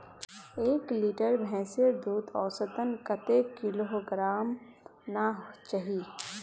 एक लीटर भैंसेर दूध औसतन कतेक किलोग्होराम ना चही?